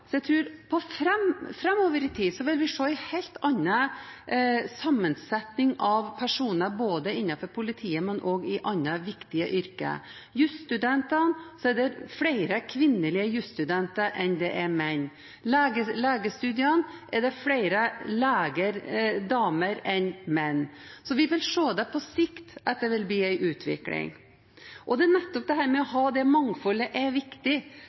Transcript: så jeg tror at vi framover i tid vil se en helt annen sammensetning av personer både innenfor politiet og innenfor andre viktige yrker: Det er flere kvinnelige jusstudenter enn mannlige, og på legestudiet er det flere kvinner enn menn, så vi vil på sikt se at det vil bli en utvikling. Det er nettopp dette med å ha det mangfoldet som er viktig